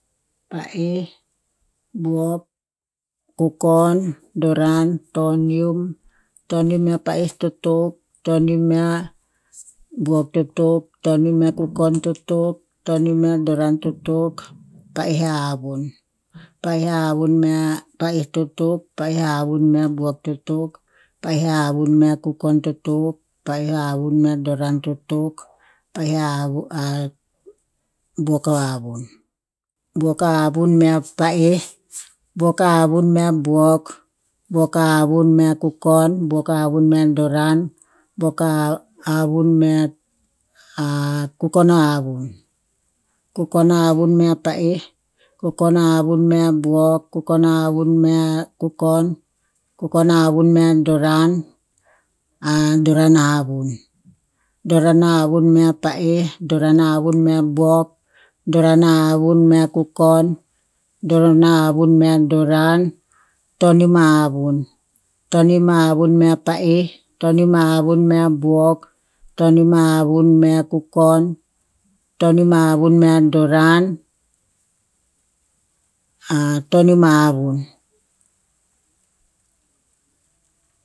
Pa'eh, buok, ku- kukon, doran, tonium. Tonium mea pa'eh to tok, tonium mea buok to tok, tonium mea kukon to tok, tonium mea doran to tok, pa'eh a havun. Pa'eh a havun mea pe'eh to tok, pa'eh a havun mea buok to tok, pa'eh a havun mea kukon to tok, pa'eh a havun doran to tok, pa'eh a hav buok o havun. Buok a havun mea pa'eh, buok a havun mea bouk, buok ahavun mea kukon, buok a havun mea doran, buok a hav- havun mea kukon a havun. Kukon a havunn mea pa'eh, kukon a havun mea buok, kukon a havun mea kukon, kukon a havun mea doran, a, doran a havun. Doran a havun mea pa'eh, doran a havun mea buok, doran a havun mea kukon, doran a havun mea doran, tonium a havun. Tonium a havun mea pa'eh, tonium a havun mea buok, tonium a havun mea kukon, tonium a havun mea doran, a, tonium a havun